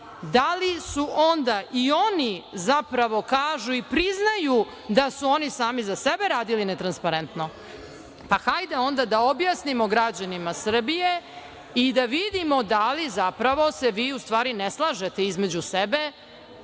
da li onda i oni zapravo kažu i priznaju da su oni sami za sebe radili netransparentno? Pa, hajde da onda objasnimo građanima Srbije i da vidimo da li zapravo se vi u stvari ne slažete između sebe,